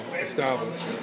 established